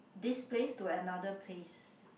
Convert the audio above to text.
this place to another place